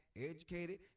educated